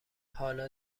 حالا